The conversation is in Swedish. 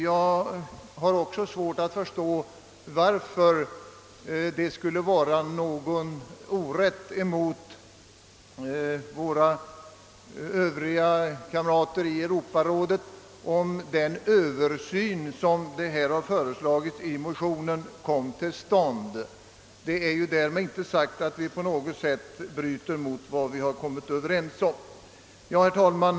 Jag har också svårt att förstå varför det skulle vara orätt mot övriga länder i Europarådet, om den i motionerna föreslagna översynen kom till stånd. Det är därmed inte sagt att vi på något sätt bryter mot den överenskommelse som träffats. Herr talman!